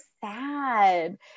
sad